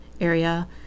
area